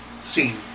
scene